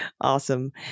Awesome